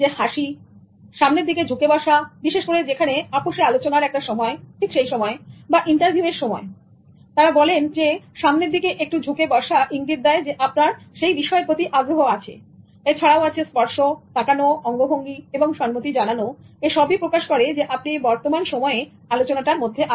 হাসিসামনের দিকে ঝুঁকে বসা বিশেষ করে আপস আলোচনার সময়ইন্টারভিউ এর সময়তারা বলেন সামনের দিকে একটু ঝুঁকে বসা ইঙ্গিত দেয় আপনার বিষয়ের প্রতি আগ্রহ আছে এছাড়াও স্পর্শতাকানোঅঙ্গভঙ্গি এবং সন্মতি জানানো এসবই প্রকাশ করে আপনি বর্তমান সময়ে আলোচনা টার মধ্যে আছেন